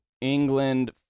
England